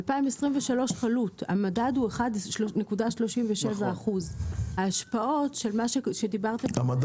2023 חלוט: המדד הוא 1.37%. המדד הוא רק 1.37%?